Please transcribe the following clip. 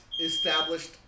established